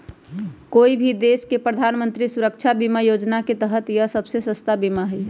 कोई भी देश के प्रधानमंत्री सुरक्षा बीमा योजना के तहत यह सबसे सस्ता बीमा हई